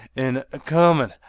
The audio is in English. en a-comin'!